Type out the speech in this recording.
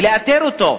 ולאתר אותו.